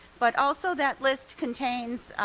but also that list contains